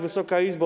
Wysoka Izbo!